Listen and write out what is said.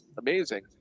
amazing